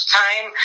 time